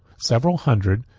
several hundred,